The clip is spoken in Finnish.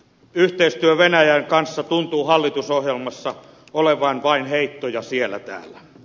yhteistyöstä venäjän kanssa tuntuu hallitusohjelmassa olevan vain heittoja siellä täällä